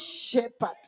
shepherd